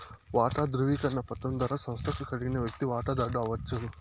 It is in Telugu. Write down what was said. వాటా దృవీకరణ పత్రం ద్వారా సంస్తకు కలిగిన వ్యక్తి వాటదారుడు అవచ్చు